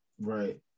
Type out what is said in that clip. Right